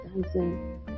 dancing